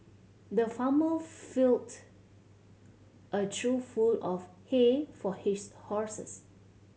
the farmer filled a trough full of hay for his horses